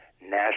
national